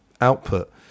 output